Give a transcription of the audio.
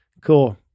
Cool